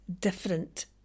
different